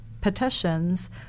petitions